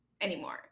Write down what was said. anymore